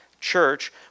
church